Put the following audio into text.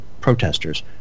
protesters